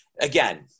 again